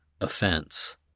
offense